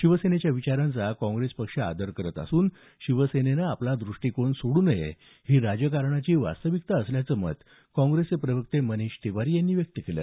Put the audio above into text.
शिवसेनेच्या विचारांचा काँग्रेस पक्ष आदर करत असून शिवसेनेनं आपला दृष्टीकोन सोडू नये ही राजकारणाची वास्तविकता असल्याचं मत काँग्रेसचे प्रवक्ते मनिष तिवारी यांनी व्यक्त केलं